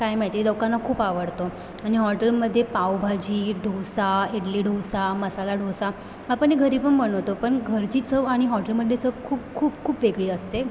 काय माहिती लोकांना खूप आवडतो आणि हॉटेलमध्ये पावभाजी डोसा इडली डोसा मसाला डोसा आपण हे घरी पण बनवतो पण घरची चव आणि हॉटेलमधली चव खूप खूप खूप वेगळी असते